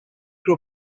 grew